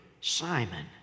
Simon